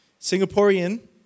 Singaporean